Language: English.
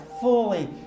fully